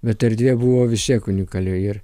bet erdvė buvo vis tiek unikali ir